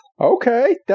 Okay